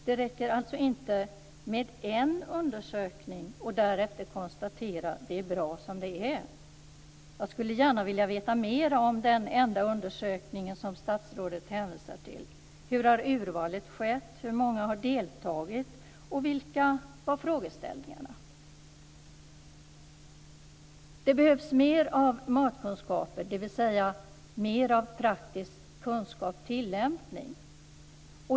Det räcker alltså inte med en undersökning och ett konstaterande att det är bra som det är. Jag skulle gärna vilja veta mera om den enda undersökning som statsrådet hänvisar till. Hur har urvalet skett? Hur många har deltagit? Vilka var frågeställningarna? Det behövs mer av matkunskaper, dvs. mer av praktisk kunskap och tillämpning.